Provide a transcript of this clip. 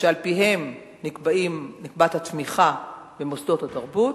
שעל-פיהם נקבעת התמיכה במוסדות התרבות,